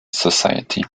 society